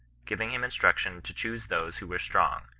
giving him instruction to choose those who were strong,